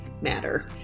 matter